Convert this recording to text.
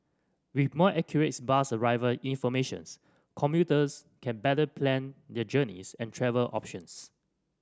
with more accurate bus arrival informations commuters can better plan their journeys and travel options